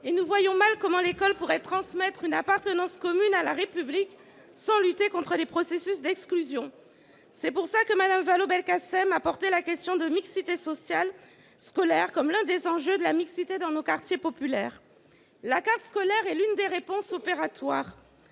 Et nous voyons mal comment l'école pourrait transmettre une appartenance commune à la République sans lutter contre les processus d'exclusion. C'est pourquoi Mme Vallaud-Belkacem a soutenu la question de la mixité sociale scolaire comme l'un des enjeux de la mixité dans nos quartiers populaires. La carte scolaire est l'une des réponses opératoires.